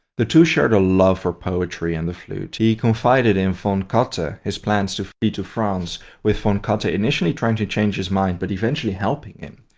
the two shared a love for poetry and the flute. he confided in von katte but his plans to flee to france, with von katte ah initially trying to change his mind, but eventually helping him.